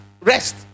rest